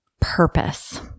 purpose